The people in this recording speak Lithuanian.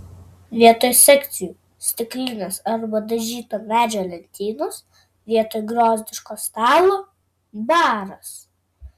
vietoj sekcijų stiklinės arba dažyto medžio lentynos vietoj griozdiško stalo baras